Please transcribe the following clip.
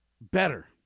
better